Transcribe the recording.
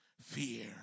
fear